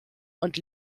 und